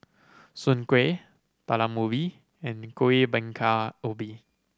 Soon Kway Talam Ubi and Kuih Bingka Ubi